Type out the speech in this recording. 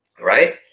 Right